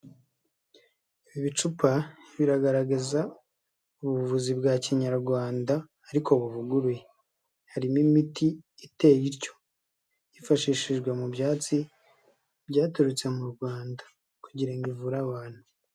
Ibi bicupa biragaragaza ubuvuzi bwa kinyarwanda ariko buvuguruye. Harimo imiti iteye ityo. Yifashishijwe mu byatsi, byaturutse mu Rwanda kugira ngo ivure abantu.